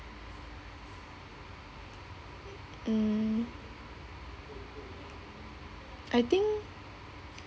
mm I think